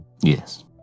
Yes